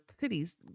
cities